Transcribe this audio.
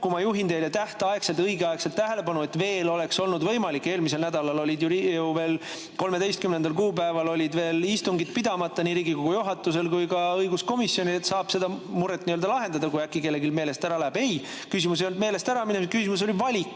kui ma juhin tähtaegselt, õigeaegselt tähelepanu, et veel oleks olnud võimalik. Eelmisel nädalal olid ju veel, 13. kuupäeval olid veel istungid pidamata nii Riigikogu juhatusel kui ka õiguskomisjonil, nii et oleks saanud seda muret lahendada, kui äkki kellelgi meelest ära oli läinud. Ei, küsimus ei olnud meelest äraminemises, küsimus oli valikus.